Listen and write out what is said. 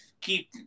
keep